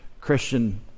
Christian